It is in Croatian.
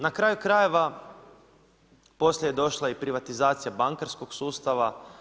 Na kraju krajeva, poslije je došla i privatizacija bankarskog sustava.